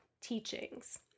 teachings